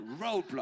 Roadblock